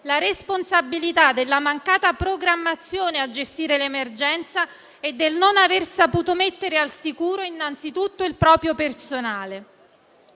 la responsabilità della mancata programmazione a gestire l'emergenza e del non aver saputo mettere al sicuro innanzitutto il proprio personale.